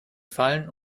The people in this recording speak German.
fallen